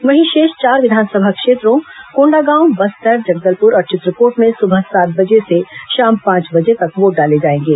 वहीं शेष चार विधानसभा क्षेत्रों कोंडागांव बस्तर जगदलपुर और चित्रकोट में सुबह सात बजे से शाम पांच बजे तक वोट डाले जाएंगे